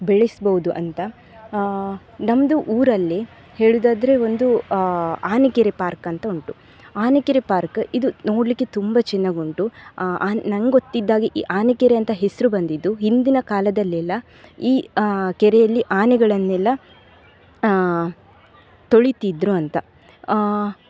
ಬೆಳೆಸ್ಬೋದು ಅಂತ ನಮ್ಮದು ಊರಲ್ಲಿ ಹೇಳೋದಾದ್ರೆ ಒಂದು ಆನೆಕೆರೆ ಪಾರ್ಕ್ ಅಂತ ಉಂಟು ಆನೆಕೆರೆ ಪಾರ್ಕ್ ಇದು ನೋಡಲಿಕ್ಕೆ ತುಂಬ ಚೆನ್ನಾಗುಂಟು ಆ ನಂಗೆ ಗೊತ್ತಿದ್ದಾಗೆ ಈ ಆನೆಕೆರೆ ಅಂತ ಹೆಸರು ಬಂದಿದ್ದು ಹಿಂದಿನ ಕಾಲದಲ್ಲೆಲ್ಲ ಈ ಕೆರೆಯಲ್ಲಿ ಆನೆಗಳನ್ನೆಲ್ಲ ತೊಳಿತಿದ್ದರು ಅಂತ